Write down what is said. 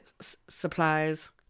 Supplies